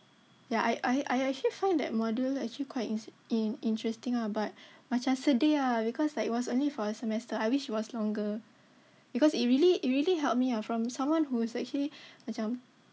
ya I I actually find that module actually quite in~ interesting ah but macam sedih ah because like it was only for a semester I wish it was longer because it really it really helped me ah from someone who is actually macam